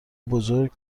بزرگ